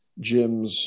gyms